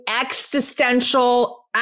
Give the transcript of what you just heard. existential